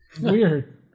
Weird